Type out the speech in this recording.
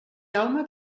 jaume